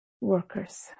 workers